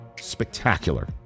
Spectacular